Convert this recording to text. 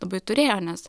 labai turėjo nes